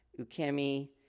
ukemi